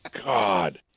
God